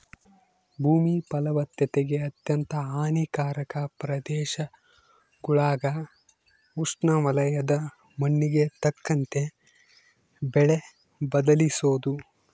ಭೂಮಿ ಫಲವತ್ತತೆಗೆ ಅತ್ಯಂತ ಹಾನಿಕಾರಕ ಪ್ರದೇಶಗುಳಾಗ ಉಷ್ಣವಲಯದ ಮಣ್ಣಿಗೆ ತಕ್ಕಂತೆ ಬೆಳೆ ಬದಲಿಸೋದು